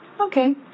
Okay